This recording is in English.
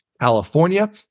California